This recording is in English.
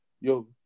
yo